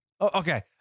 Okay